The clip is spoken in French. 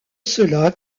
cela